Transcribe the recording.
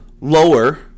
lower